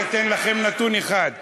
אתה בצ'יק עשית את